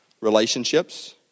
Relationships